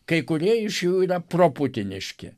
kai kurie iš jų yra proputiniški